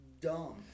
Dumb